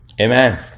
Amen